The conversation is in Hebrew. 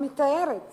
המתארת